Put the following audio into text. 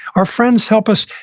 our friends help us.